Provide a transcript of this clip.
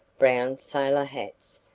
brown sailor hats,